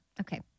Okay